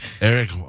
Eric